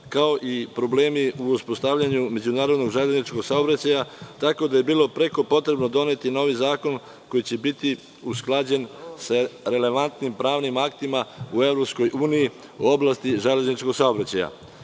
kao i problemi u uspostavljanju međunarodnog železničkog saobraćaja, tako da je bilo potrebno doneti novi zakon usklađen sa relevantnim pravnim aktima u EU, u oblasti železničkog saobraćaja.